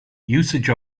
usage